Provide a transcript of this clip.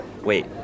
Wait